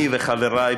אני וחברי,